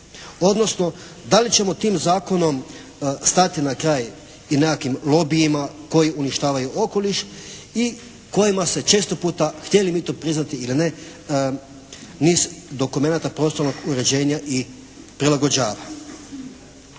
odnosno da li ćemo tim Zakonom stati na kraj i nekakvim lobijima koji uništavaju okoliš i kojima se često puta htjeli mi to priznati ili ne niz dokumenata prostornog uređenja i prilagođava.